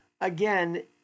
again